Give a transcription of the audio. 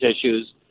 issues